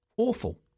Awful